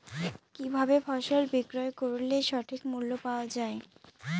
কি ভাবে ফসল বিক্রয় করলে সঠিক মূল্য পাওয়া য়ায়?